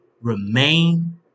remain